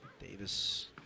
Davis